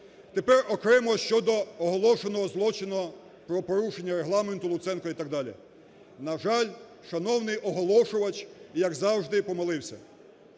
Тепер окремо щодо оголошеного злочину про порушення Регламенту Луценком і так далі. На жаль, шановний оголошував, як завжди, помилився.